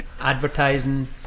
Advertising